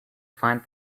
find